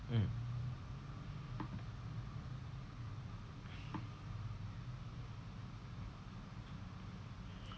mm